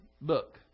book